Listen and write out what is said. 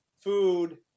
food